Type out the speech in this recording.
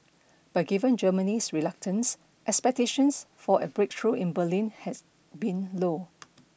but given Germany's reluctance expectations for a breakthrough in Berlin had been low